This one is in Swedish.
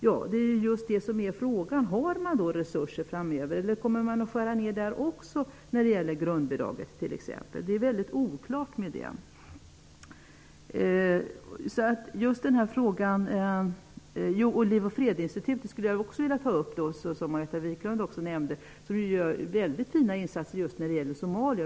Frågan är om FN-förbundet har resurser framöver. Kommer t.ex. grundbidraget att skäras ned också för FN-förbundet? Det är mycket oklart. Jag skulle vilja ta upp Liv och Fred-Institutet. Margareta Viklund nämnde det också. Det institutet gör mycket fina insatser just när det gäller Somalia.